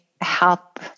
help